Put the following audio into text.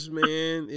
man